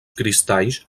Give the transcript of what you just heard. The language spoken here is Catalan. cristalls